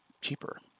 cheaper